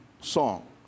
song